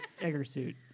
Eggersuit